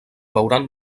veuran